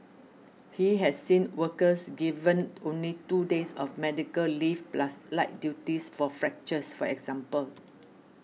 he has seen workers given only two days of medical leave plus light duties for fractures for example